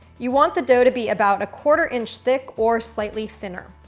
you want the dough to be about a quarter inch thick or slightly thinner.